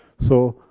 so,